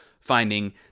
finding